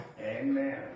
Amen